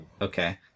Okay